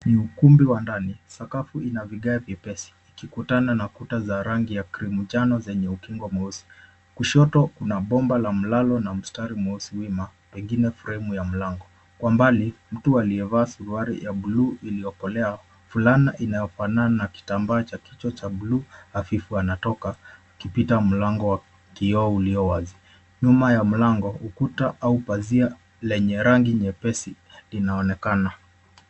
Ni ukumbi wa ndani sakafu ina vigae vyepesi iki kutuna na kuta za rangi ya cream njano zenye ukingo mweusi. Kushoto kuna bomba la mlalo na mistari mweusi wima pengine fremu ya mlango. Kwa mbali mtu aliye vaa suruali ya bluu iliyokolea ,fulana inayo fanana na ktamba cha kichwa cha bluu hafifu anatoka akipita mlango wa kioo ulio wazi. Nyuma ya mlango ukuta au pazia lenye rangi nyepesi inaonekana.